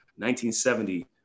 1970